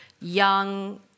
young